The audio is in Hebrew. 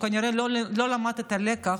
הוא כנראה לא למד את הלקח,